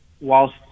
Whilst